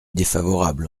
défavorable